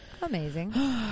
Amazing